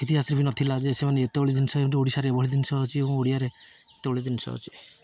ଇତିହାସରେ ବି ନଥିଲା ଯେ ସେମାନେ ଏତେବେଳ ଜିନିଷ ଓଡ଼ିଶାରେ ଏଭଳି ଜିନିଷ ଅଛି ଏବଂ ଓଡ଼ିଆରେ ଏତେବେଳ ଜିନିଷ ଅଛି